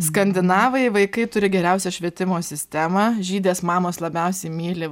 skandinavai vaikai turi geriausią švietimo sistemą žydės mamos labiausiai myli